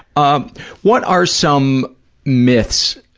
um what are some myths,